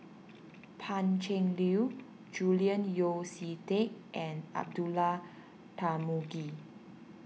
Pan Cheng Lui Julian Yeo See Teck and Abdullah Tarmugi